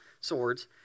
swords